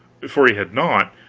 for he had not,